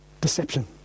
Deception